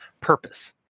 purpose